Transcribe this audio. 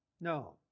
No